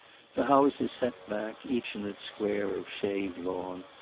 the houses set back, each in its square of shaved lawn,